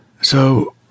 So